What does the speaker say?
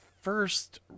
first